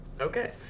Okay